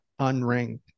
unring